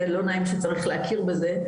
כן לא נעים שצריך להכיר בזה,